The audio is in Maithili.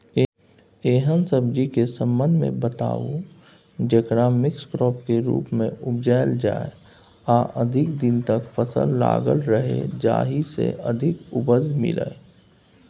एहन सब्जी के संबंध मे बताऊ जेकरा मिक्स क्रॉप के रूप मे उपजायल जाय आ अधिक दिन तक फसल लागल रहे जाहि स अधिक उपज मिले?